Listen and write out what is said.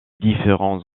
différents